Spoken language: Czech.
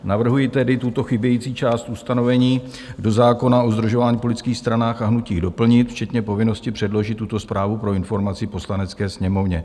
Navrhuji tedy tuto chybějící část ustanovení do zákona o sdružování v politických stranách a hnutích doplnit, včetně povinnosti předložit tuto zprávu pro informaci Poslanecké sněmovně.